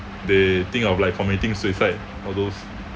they think of like committing suicide all those